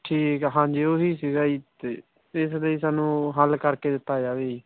ਠੀਕ ਹੈ ਹਾਂਜੀ ਉਹੀ ਸੀਗਾ ਜੀ ਅਤੇ ਇਸ ਲਈ ਸਾਨੂੰ ਹੱਲ ਕਰਕੇ ਦਿੱਤਾ ਜਾਵੇ ਜੀ